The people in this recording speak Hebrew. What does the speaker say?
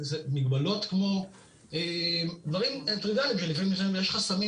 אלה מגבלות כמו דברים טריוויאליים שלפעמים יש ויש חסמים